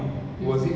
mm